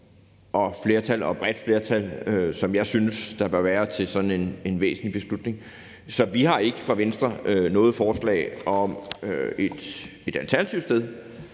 og et bredt flertal, som jeg synes der bør være til sådan en væsentlig beslutning. Så vi har ikke fra Venstres side noget forslag om et alternativt